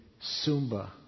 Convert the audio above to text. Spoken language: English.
Sumba